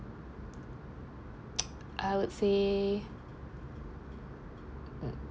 I would say